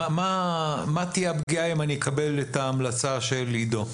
מה תהיה הפגיעה אם אני אקבל את ההמלצה של עידו?